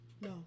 No